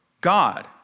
God